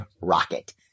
rocket